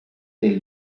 dei